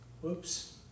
Whoops